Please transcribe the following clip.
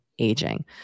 aging